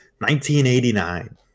1989